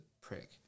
prick